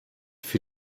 für